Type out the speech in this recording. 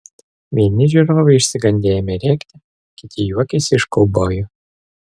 vieni žiūrovai išsigandę ėmė rėkti kiti juokėsi iš kaubojų